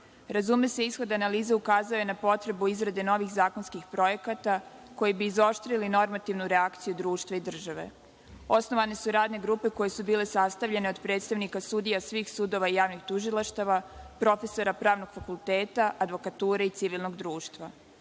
stanja. Razume se, ishod analize ukazuje na potrebu izrade novih zakonskih projekata koji bi izoštrili normativnu reakciju društva i države. Osnovane su radne grupe koje su bile sastavljane od predstavnike sudija svih sudova i javnih tužilaštava, profesora pravnog fakulteta, advokature i civilnog društva.